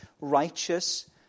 righteous